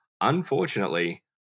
unfortunately